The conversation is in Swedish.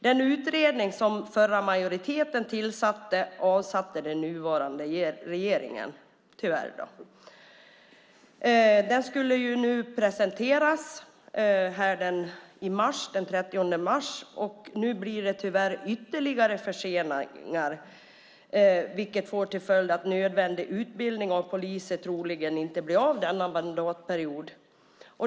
Den utredning som den förra majoriteten tillsatte avsatte den nuvarande regeringen tyvärr. Den skulle ha presenterats den 30 mars. Nu blir det tyvärr ytterligare förseningar, vilket får till följd att nödvändig utbildning av poliser troligen inte blir av denna mandatperiod.